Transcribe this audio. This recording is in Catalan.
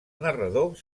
narrador